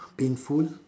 painful